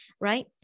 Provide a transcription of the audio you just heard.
Right